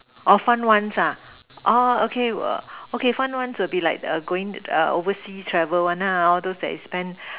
orh fun ones ah orh okay okay fun ones will be like err going err overseas travel one nah all those that is spend